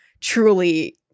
truly